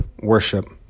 worship